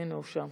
הינה, הוא שם